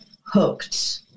hooked